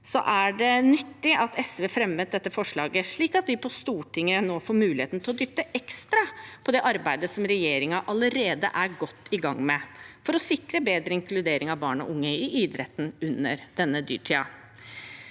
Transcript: Det er nyttig at SV har fremmet dette forslaget, slik at vi på Stortinget nå får muligheten til å dytte ekstra på det arbeidet som regjeringen allerede er godt i gang med for å sikre bedre inkludering av barn og unge i idretten under denne dyrtiden.